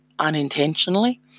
unintentionally